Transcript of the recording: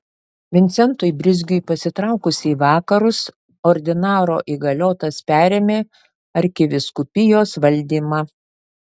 vincentui brizgiui pasitraukus į vakarus ordinaro įgaliotas perėmė arkivyskupijos valdymą